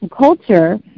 culture